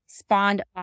spawned